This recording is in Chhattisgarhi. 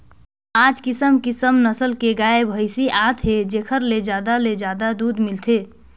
आयज किसम किसम नसल के गाय, भइसी आत हे जेखर ले जादा ले जादा दूद मिलथे